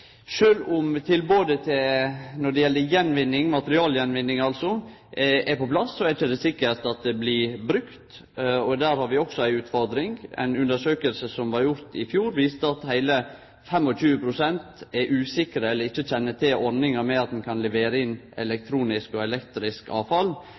om tilbodet når det gjeld materialgjenvinning er på plass, er det ikkje sikkert at det blir brukt, og der har vi også ei utfordring. Ei undersøking som blei gjord i fjor, viste at heile 25 pst. er usikre, eller ikkje kjenner til ordninga med at ein kan levere inn